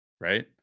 Right